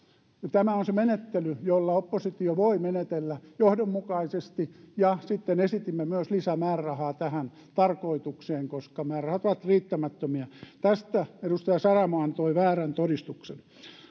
tämä on se menettely jolla oppositio voi menetellä johdonmukaisesti sitten esitimme myös lisämäärärahaa tähän tarkoitukseen koska määrärahat ovat riittämättömiä tästä edustaja saramo antoi väärän todistuksen